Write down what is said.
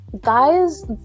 guys